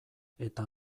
eta